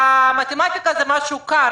המתמטיקה היא משהו קר.